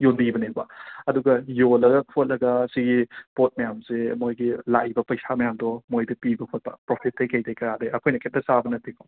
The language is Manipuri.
ꯌꯣꯟꯕꯤꯕꯅꯦꯕ ꯑꯗꯨꯒ ꯌꯣꯜꯂꯒ ꯈꯣꯠꯂꯒ ꯁꯤꯒꯤ ꯄꯣꯠ ꯃꯌꯥꯝꯁꯦ ꯃꯣꯏꯒꯤ ꯂꯥꯛꯏꯕ ꯄꯩꯁꯥ ꯃꯌꯥꯝꯗꯣ ꯃꯣꯏꯗ ꯄꯤꯕ ꯈꯣꯠꯄ ꯄ꯭ꯔꯣꯐꯤꯠꯇꯒꯤ ꯀꯩꯗꯒꯤ ꯀꯔꯥꯗꯒꯤ ꯑꯩꯈꯣꯏꯅ ꯀꯔꯤꯝꯇ ꯆꯥꯕ ꯅꯠꯇꯦꯀꯣ